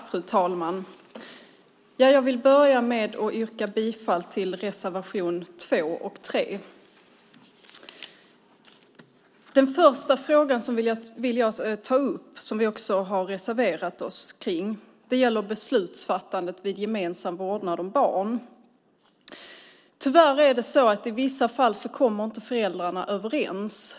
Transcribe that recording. Fru talman! Jag vill börja med att yrka bifall till reservationerna 2 och 4. Den första frågan som jag vill ta upp, som vi har reserverat oss kring, gäller beslutsfattandet vid gemensam vårdnad av barn. Tyvärr är det i vissa fall så att föräldrarna inte kommer överens.